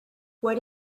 what